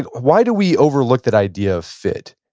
why do we overlook that idea of fit?